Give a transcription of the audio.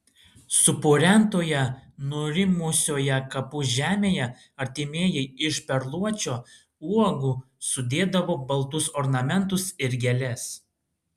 supurentoje nurimusioje kapų žemėje artimieji iš perluočio uogų sudėdavo baltus ornamentus ir gėles